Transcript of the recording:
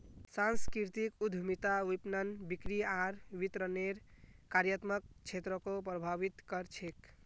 सांस्कृतिक उद्यमिता विपणन, बिक्री आर वितरनेर कार्यात्मक क्षेत्रको प्रभावित कर छेक